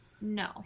No